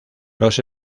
los